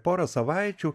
porą savaičių